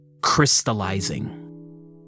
Crystallizing